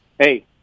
Hey